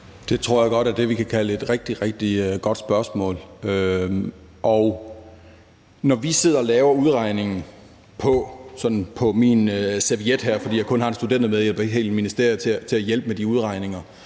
Det tror jeg er det, vi kan kalde et rigtig, rigtig godt spørgsmål. Og når vi sådan sidder og laver udregningen på min serviet her – fordi jeg kun har en studentermedhjælper og ikke et helt ministerium til at hjælpe med de udregninger